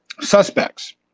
suspects